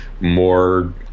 more